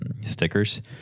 stickers